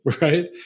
right